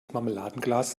marmeladenglas